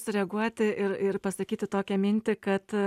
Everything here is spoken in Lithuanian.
sureaguoti ir ir pasakyti tokią mintį kad